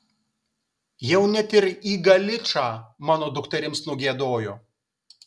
jau net ir į galičą mano dukterims nugiedojo